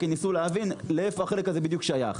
כי ניסו להבין לאיפה החלק הזה שייך,